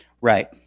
right